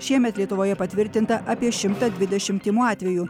šiemet lietuvoje patvirtinta apie šimtą dvidešim tymų atvejų